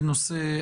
מייצגים את משרדי